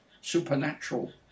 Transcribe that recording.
supernatural